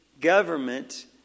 government